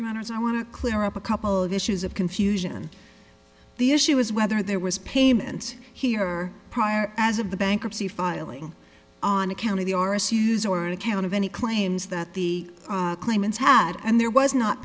honour's i want to clear up a couple of issues of confusion the issue is whether there was payment here prior as of the bankruptcy filing on account of the r s use or an account of any claims that the claimants had and there was not